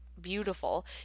beautiful